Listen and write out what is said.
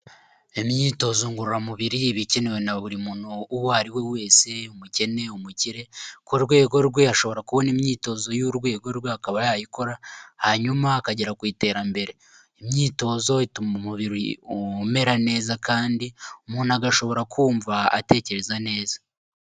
Imyitozo ngororamubiri iba ikenewe na buri muntu uwo ari we wese umukene, umukire ku rwego rwe ashobora kubona imyitozo y'urwego rwe akaba yayikora hanyuma akagera ku iterambere. Imyitozo ituma umubiri umera neza kandi umuntu agashobora kumva atekereza neza.